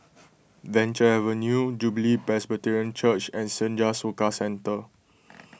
Venture Avenue Jubilee Presbyterian Church and Senja Soka Centre